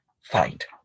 fight